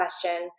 question